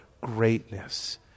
greatness